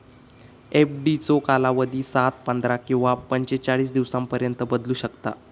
एफडीचो कालावधी सात, पंधरा किंवा पंचेचाळीस दिवसांपर्यंत बदलू शकता